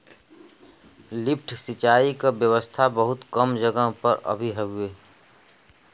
lift सिंचाई क व्यवस्था बहुत कम जगह पर अभी हउवे